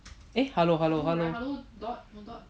eh hello hello hello